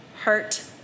hurt